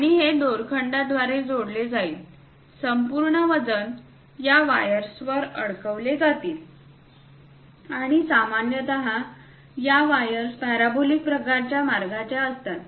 आणि हे दोरखंडाद्वारे जोडले जाईल संपूर्ण वजन या वायर्सवर अडकवले जातील आणि सामान्यत या वायर्स पॅराबोलिक प्रकारच्या मार्गाच्या असतात